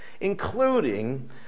including